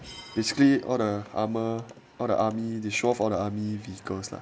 basically all the armour all the army they show off all the army vehicles lah